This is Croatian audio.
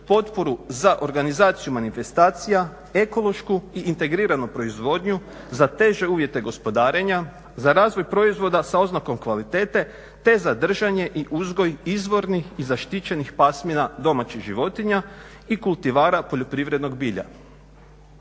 potporu za organizaciju manifestacija, ekološku i integriranu proizvodnju, za teže uvjete gospodarenja, za razvoj proizvoda sa oznakom kvalitete te za držanje i uzgoj izvornih i zaštićenih pasmina domaćih životinja i kultivara poljoprivrednog bilja.